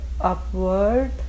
upward